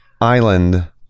island